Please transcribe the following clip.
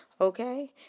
okay